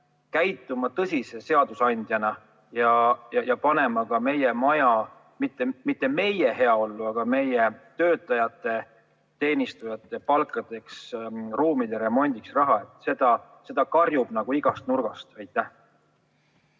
käituma tõsise seadusandjana ja panema ka meie maja heaollu, mitte meie heaollu, aga meie töötajate-teenistujate palkadeks ja ruumide remondiks raha? See [vajadus] karjub nagu igast nurgast.